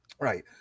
Right